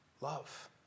Love